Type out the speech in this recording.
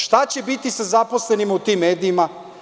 Šta će biti sa zaposlenima u tim medijima?